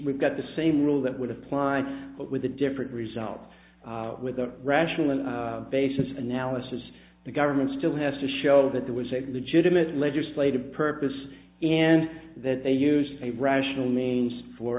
we've got the same rules that would apply but with a different result with a rational basis of analysis the government still has to show that there was a legitimate legislative purpose in that they used a rational means for